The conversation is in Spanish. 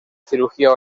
cirugía